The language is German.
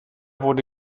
wurde